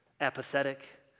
apathetic